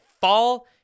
fall